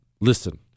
listen